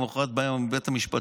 ולמוחרת בא בית המשפט,